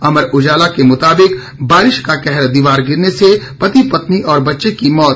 अमर उजाला के मुताबिक बारिश का कहर दीवार गिरने से पति पत्नी और बच्चे की मौत